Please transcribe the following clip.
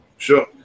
Sure